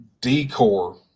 decor